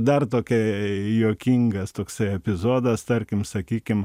dar tokia juokingas toksai epizodas tarkim sakykim